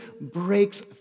breaks